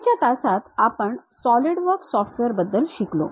आधीच्या तासात आपण सॉलिडवर्क्स सॉफ्टवेअर बद्दल शिकलो